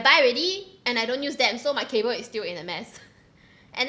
buy already and I don't use them so my cable is still in a mess and